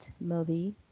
movie